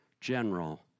general